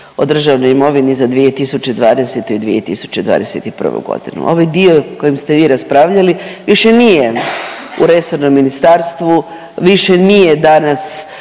o državnoj imovini za 2020. i 2021. godinu. Ovaj dio o kojem ste vi raspravljali više nije u resornom ministarstvu, više nije danas